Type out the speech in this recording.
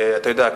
אתה יודע,